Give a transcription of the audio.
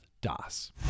Das